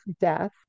death